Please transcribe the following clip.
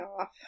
off